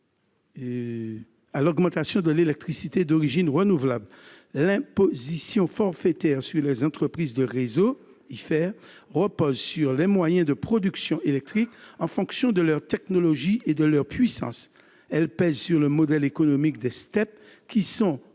termes de stockage d'énergie d'origine renouvelable. L'imposition forfaitaire sur les entreprises de réseaux repose sur les moyens de production électrique et est calculée en fonction de leur technologie et de leur puissance. Elle pèse sur le modèle économique des STEP, qui sont,